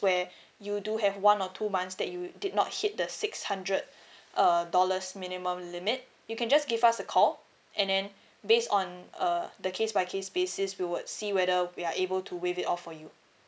where you do have one or two months that you did not hit the six hundred err dollars minimum limit you can just give us a call and then based on uh the case by case basis we would see whether we are able to waive it off for you